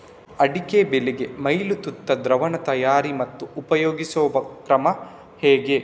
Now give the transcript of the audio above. ಅಡಿಕೆ ಬೆಳೆಗೆ ಮೈಲುತುತ್ತು ದ್ರಾವಣ ತಯಾರಿ ಮತ್ತು ಉಪಯೋಗಿಸುವ ಕ್ರಮ ಹೇಗೆ?